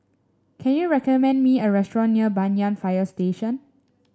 can you recommend me a restaurant near Banyan Fire Station